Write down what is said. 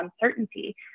uncertainty